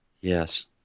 Yes